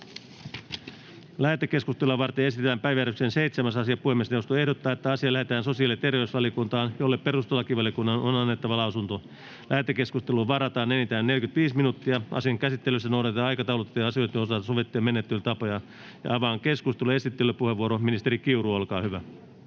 Lähetekeskustelua varten esitellään päiväjärjestyksen 7. asia. Puhemiesneuvosto ehdottaa, että asia lähetetään sosiaali- ja terveysvaliokuntaan, jolle perustuslakivaliokunnan on annettava lausunto. Lähetekeskusteluun varataan enintään 45 minuuttia. Asian käsittelyssä noudatetaan aikataulutettujen asioiden osalta sovittuja menettelytapoja. Avaan keskustelun. Esittelypuheenvuoro, ministeri Kiuru, olkaa hyvä.